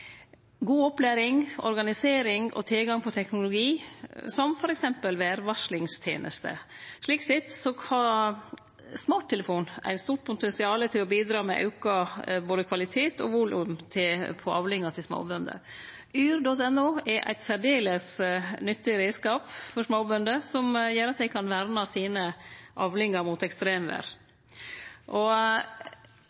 god opplæring, organisering og tilgang på teknologi, som f.eks. vêrvarslingstenester, har smarttelefonen eit stort potensial til å bidra med både auka kvalitet og volum på avlingar til småbønder. Yr.no er ein særdeles nyttig reiskap for småbønder som gjer at ein kan verne avlingane sine mot